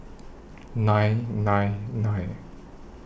nine nine nine